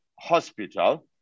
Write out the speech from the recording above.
hospital